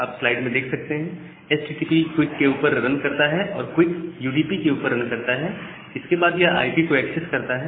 आप स्लाइड में देख सकते हैं एचटीटीपी क्विक के ऊपर रन करता है और क्विक यूडीपी के ऊपर रन करता है और इसके बाद यह आईपी को एक्सेस करता है